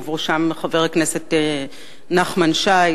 ובראשם חבר הכנסת נחמן שי,